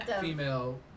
female